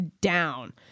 down